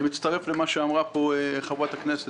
אני מצטרף למה שאמרה חברת הכנסת